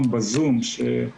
ואני